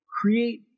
create